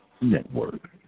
Network